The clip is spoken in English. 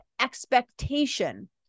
expectation